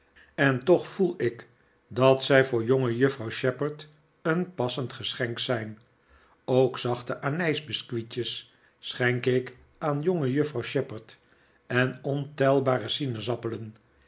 en toch voel ik dat zij voor jongejuffrouw shepherd een passend geschenk zijn ook zachte anijsbeschuitjes schenk ik aan jongejuffrouw shepherd en ontelbare